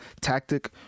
tactic